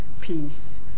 peace